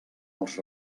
els